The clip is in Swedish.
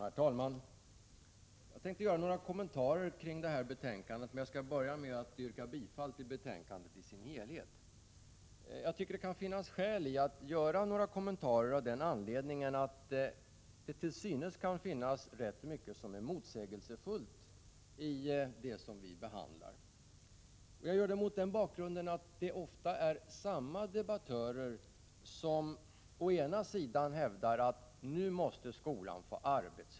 Herr talman! Jag tänkte göra några kommentarer kring detta betänkande. Jag börjar med att yrka bifall till utskottets hemställan i dess helhet. Jag tycker att det kan finnas skäl att göra några kommentarer av den anledningen att det till synes kan finnas rätt mycket som är motsägelsefullt i det som vi behandlar. Jag gör det mot den bakgrunden att det finns debattörer som hävdar att skolan nu måste få arbetsro.